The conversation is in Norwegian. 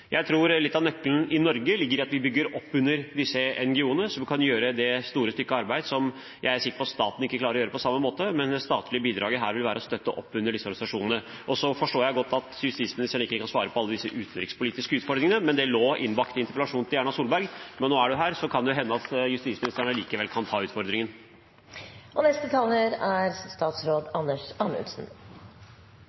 Jeg tror at litt av nøkkelen i Norge ligger i at vi bygger opp under disse NGO-ene, som kan gjøre det store stykket arbeid som jeg er sikker på staten ikke klarer å gjøre på samme måte, men det statlige bidraget her vil være å støtte opp under disse organisasjonene. Så forstår jeg godt at justisministeren ikke kan svare på alle disse utenrikspolitiske utfordringene, men de lå innbakt i interpellasjonen til Erna Solberg. Men nå er jo justisministeren her, så da kan det hende at han likevel kan ta utfordringen. Jeg er helt enig i at det er